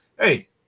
Hey